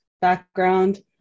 background